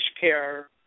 care